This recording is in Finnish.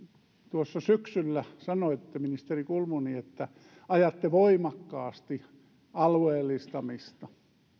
tuossa syksyllä sanoitte ministeri kulmuni että ajatte voimakkaasti alueellistamista